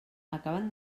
acaben